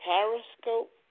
Periscope